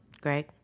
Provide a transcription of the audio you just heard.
Greg